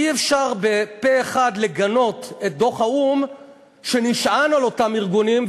אי-אפשר בפה אחד לגנות את דוח האו"ם שנשען על אותם ארגונים,